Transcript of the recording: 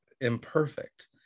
imperfect